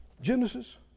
Genesis